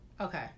Okay